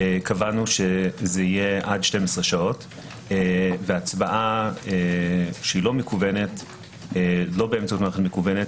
קבענו שזה יהיה עד 12 שעות והצבעה שאינה באמצעות מערכת מקוונת,